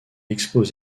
expose